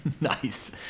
Nice